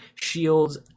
shields